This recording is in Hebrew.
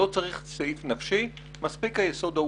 לא צריך סעיף נפשי מספיק היסוד העובדתי.